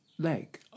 leg